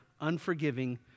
unforgiving